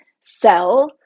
sell